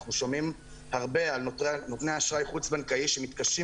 אנחנו שומעים הרבה על נותני אשראי חוץ-בנקאי שמתקשים